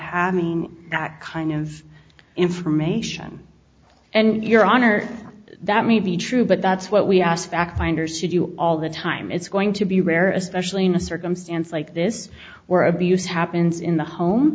having that kind of information and your honor that may be true but that's what we as fact finders should you all the time it's going to be rare especially in a circumstance like this where abuse happens in the home